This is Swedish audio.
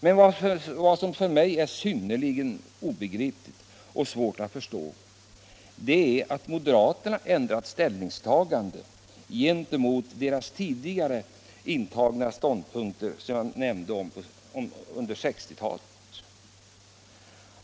Men vad som för mig är synnerligen svårt att förstå är att moderaterna ändrat ståndpunkt sedan 1960-talet.